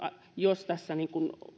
jos